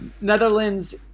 Netherlands